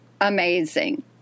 amazing